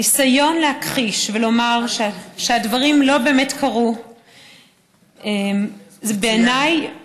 הניסיון להכחיש ולומר שהדברים לא באמת קרו זה בעיניי